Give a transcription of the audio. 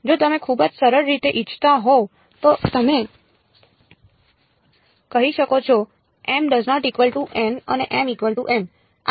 જો તમે ખૂબ જ સરળ રીતે ઇચ્છતા હોવ તો તમે કહી શકો છો અને mn